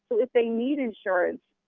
so if they need insurance,